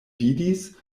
vidis